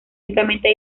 ricamente